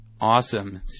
awesome